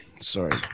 Sorry